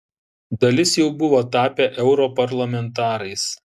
dalis jau buvo tapę europarlamentarais